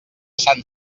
sant